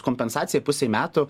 kompensacija pusei metų